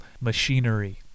machinery